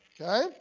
okay